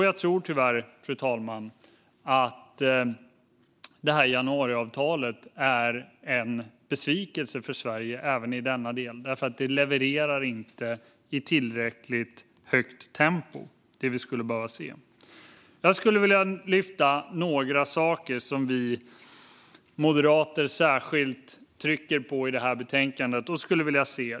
Jag tror tyvärr att januariavtalet är en besvikelse för Sverige även i denna del, fru talman, för det levererar inte i ett tillräckligt högt tempo det vi skulle behöva se. Jag skulle vilja lyfta några saker som vi moderater särskilt trycker på i det här betänkandet och skulle vilja se.